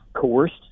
coerced